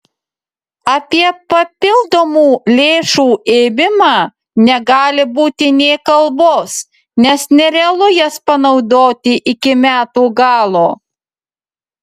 apie papildomų lėšų ėmimą negali būti nė kalbos nes nerealu jas panaudoti iki metų galo